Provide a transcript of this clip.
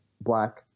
black